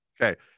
okay